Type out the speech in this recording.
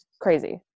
crazy